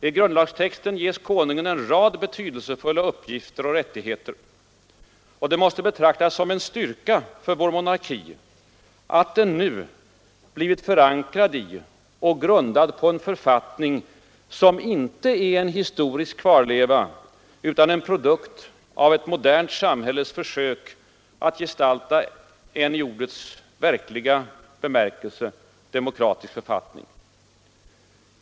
I grundlagstexten ges konungen en rad betydelsefulla uppgifter och rättigheter. Det måste betraktas som en styrka för vår monarki att den nu blir förankrad i och grundad på en författning som inte är en historisk kvarleva utan en produkt av ett modernt samhälles försök att gestalta en i ordets verkliga bemärkelse demokratisk författning.